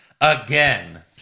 again